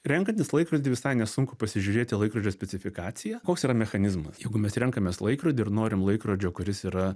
renkantis laikrodį visai nesunku pasižiūrėti laikrodžio specifikaciją koks yra mechanizmas jeigu mes renkamės laikrodį ir norim laikrodžio kuris yra